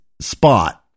spot